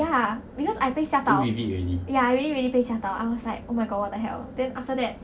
ya because I 被吓到 ya I really really 被吓到 I was like oh my god what the hell then after that